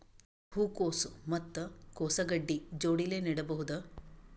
ಹೂ ಕೊಸು ಮತ್ ಕೊಸ ಗಡ್ಡಿ ಜೋಡಿಲ್ಲೆ ನೇಡಬಹ್ದ?